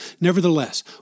Nevertheless